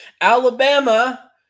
Alabama